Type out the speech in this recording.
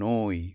Noi